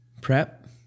prep